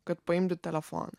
kad paimti telefoną